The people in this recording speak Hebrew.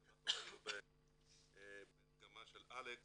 מה שראינו בהדגמה של אלכס,